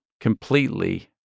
completely